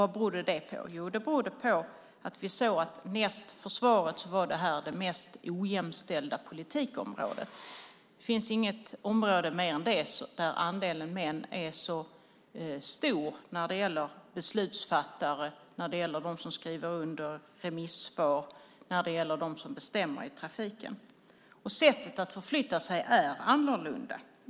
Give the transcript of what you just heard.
Vad berodde det på? Jo, det berodde på att vi såg att detta politikområde, efter försvaret, var det mest ojämställda politikområdet. Det finns inget område mer än det där andelen män är så stor när det gäller beslutsfattare, när det gäller de som skriver under remissvar och när det gäller de som bestämmer i trafiken. Sättet att förflytta sig är annorlunda.